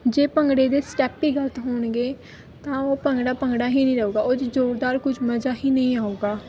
ਜੇ ਭੰਗੜੇ ਦੇ ਸਟੈਪ ਹੀ ਗਲਤ ਹੋਣਗੇ ਤਾਂ ਉਹ ਭੰਗੜਾ ਭੰਗੜਾ ਹੀ ਨਹੀਂ ਰਹੇਗਾ ਉਹਦੀ ਜ਼ੋਰਦਾਰ ਕੁਝ ਮਜ਼ਾ ਹੀ ਨਹੀਂ ਆਵੇਗਾ